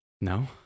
No